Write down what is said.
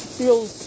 feels